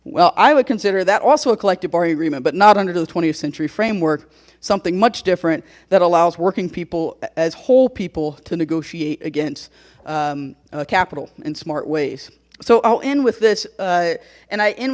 well i would consider that also a collective bargain agreement but not under the twentieth century framework something much different that allows working people as whole people to negotiate against capital in smart ways so i'll end with this and i end